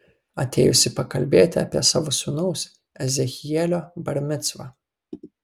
atėjusi pakalbėti apie savo sūnaus ezechielio bar micvą